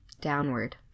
downward